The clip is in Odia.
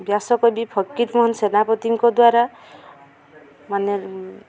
ବ୍ୟାସକବି ଫକୀର ମୋହନ ସେନାପତିଙ୍କ ଦ୍ୱାରା ମାନେ